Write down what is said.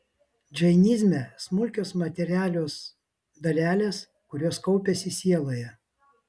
džainizme smulkios materialios dalelės kurios kaupiasi sieloje